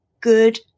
good